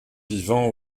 vivant